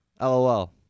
lol